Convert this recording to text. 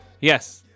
yes